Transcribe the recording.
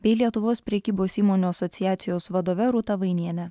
bei lietuvos prekybos įmonių asociacijos vadove rūta vainiene